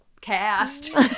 cast